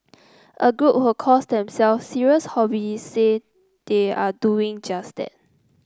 a group who calls themselves serious hobby say they are doing just that